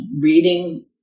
reading